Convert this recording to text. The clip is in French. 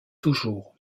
toujours